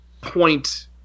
point